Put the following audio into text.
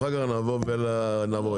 ואחר כך נעבור אליך.